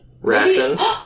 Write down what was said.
rations